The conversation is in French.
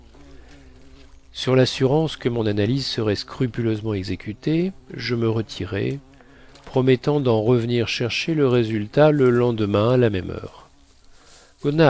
sur lassurance que mon analyse serait scrupuleusement exécutée je me retirai promettant den revenir chercher le résultat le lendemain à la même heure